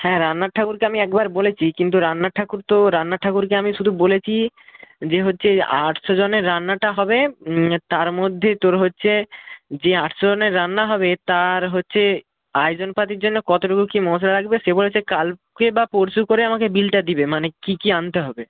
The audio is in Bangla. হ্যাঁ রান্নার ঠাকুরকে আমি একবার বলেছি কিন্তু রান্নার ঠাকুর তো রান্নার ঠাকুরকে আমি শুধু বলেছি যে হচ্ছে আটশো জনের রান্নাটা হবে তার মধ্যে তোর হচ্ছে যে আটশো জনের রান্না হবে তার হচ্ছে আয়োজন পাতির জন্য কতটুকু কি মশলা লাগবে সে বলেছে কালকে বা পরশু করে আমাকে বিলটা দিবে মানে কি কি আনতে হবে